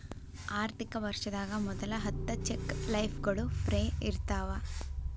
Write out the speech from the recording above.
ಆರ್ಥಿಕ ವರ್ಷದಾಗ ಮೊದಲ ಹತ್ತ ಚೆಕ್ ಲೇಫ್ಗಳು ಫ್ರೇ ಇರ್ತಾವ